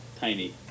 tiny